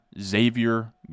xavier